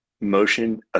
motion